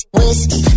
whiskey